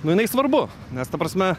nu jinai svarbu nes ta prasme